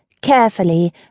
carefully